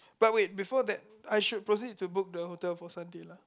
but wait before that I should proceed to book the hotel for Sunday lah